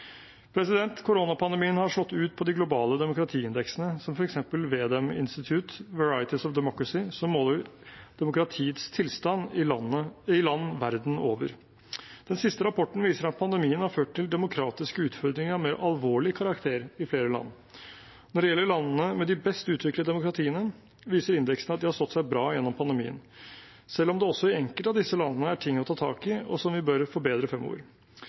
Koronapandemien har slått ut på de globale demokratiindeksene, som f.eks. V-Dem Institute, Varieties of Democracy, som måler demokratiets tilstand i land verden over. Den siste rapporten viser at pandemien har ført til demokratiske utfordringer av mer alvorlig karakter i flere land. Når det gjelder landene med de best utviklede demokratiene, viser indeksen at de har stått seg bra gjennom pandemien, selv om det også i enkelte av disse landene er ting å ta tak i, og som vi bør forbedre fremover.